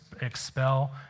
expel